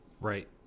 Right